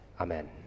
amen